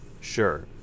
Sure